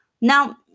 Now